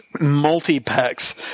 multi-packs